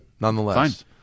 nonetheless